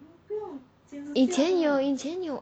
以前有以前有